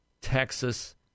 Texas